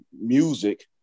music